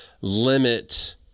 limit